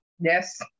Yes